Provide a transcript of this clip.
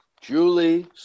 Julie